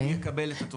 הוא יקבל את אותו הפרש.